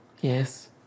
Yes